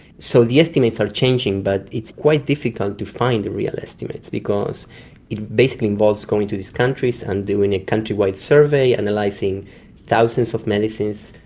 so the estimates are changing, but it's quite difficult to find the real estimates because it basically involves going to these countries and doing a countrywide survey and analysing thousands of medicines.